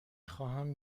خواهم